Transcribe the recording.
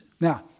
Now